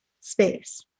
space